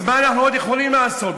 אז מה אנחנו יכולים עוד לעשות?